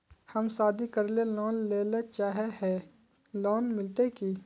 हम शादी करले लोन लेले चाहे है लोन मिलते की?